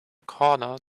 corner